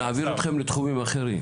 נעביר אותכם לתחומים אחרים.